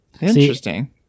Interesting